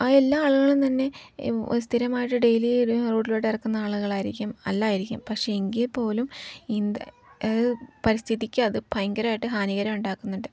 ആ എല്ലാ ആളുകളും തന്നെ സ്ഥിരമായിട്ട് ഡെയ്ലി റോട്ടിലൂടെ ഇറക്കുന്ന ആളുകളായിരിക്കും അല്ലായിരിക്കും പക്ഷെ എങ്കിൽ പോലും ഇന്ന് പരിസ്ഥിതിക്ക് അതു ഭയങ്കരമായിട്ട് ഹാനികരം ഉണ്ടാക്കുന്നുണ്ട്